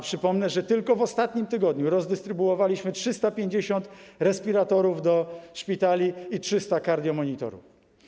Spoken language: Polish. Przypomnę, że tylko w ostatnim tygodniu rozdystrybuowaliśmy 350 respiratorów do szpitali i 300 kardiomonitorów.